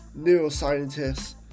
Neuroscientists